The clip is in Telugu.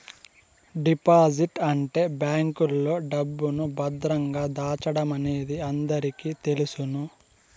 డిపాజిట్ అంటే బ్యాంకులో డబ్బును భద్రంగా దాచడమనేది అందరికీ తెలుసును